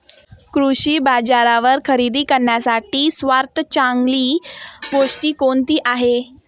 कृषी बाजारावर खरेदी करण्यासाठी सर्वात चांगली गोष्ट कोणती आहे?